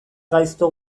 gaizto